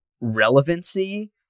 relevancy